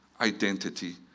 identity